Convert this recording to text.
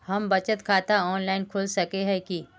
हम बचत खाता ऑनलाइन खोल सके है की?